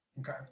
Okay